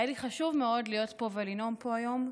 היה לי חשוב מאוד להיות פה ולנאום פה היום,